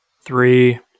Three